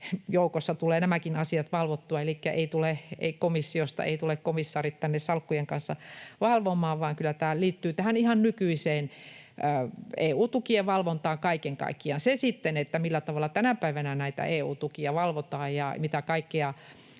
joukossa tulevat nämäkin asiat valvottua, elikkä eivät tule komissiosta komissaarit tänne salkkujen kanssa valvomaan, vaan kyllä tämä liittyy tähän ihan nykyiseen EU-tukien valvontaan kaiken kaikkiaan. Siinä sitten, millä tavalla tänä päivänä näitä EU-tukia valvotaan ja mitä kaikkea